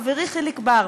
חברי חיליק בר,